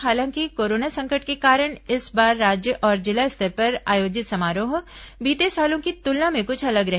हालांकि कोरोना संकट के कारण इस बार राज्य और जिला स्तर पर आयोजित समारोह बीते सालों की तुलना में कुछ अलग रहे